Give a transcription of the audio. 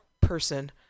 person